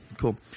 Cool